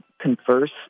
converse